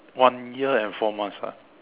one year and four months [what]